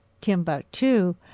Timbuktu